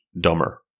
dumber